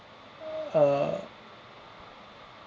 err